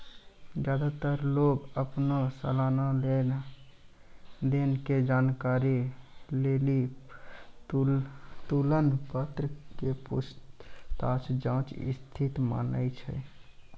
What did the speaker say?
ज्यादातर लोग अपनो सलाना लेन देन के जानकारी लेली तुलन पत्र के पूछताछ जांच स्थिति मानै छै